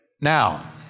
Now